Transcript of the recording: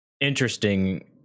interesting